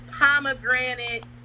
pomegranate